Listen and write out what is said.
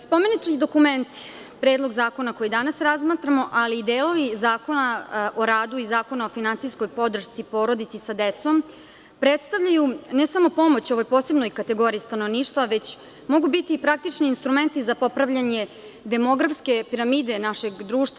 Spomenuti dokument Predlog zakona koji danas razmatramo, ali i delovi Zakona o radu i Zakona o finansijskoj podršci i porodici sa decom, predstavljaju ne samo pomoć ovoj posebnoj kategoriji stanovništva već mogu biti i praktični instrumenti za popravljanje demografske piramide našeg društva.